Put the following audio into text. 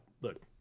look